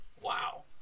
Wow